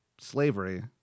slavery